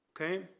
Okay